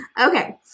Okay